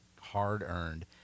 hard-earned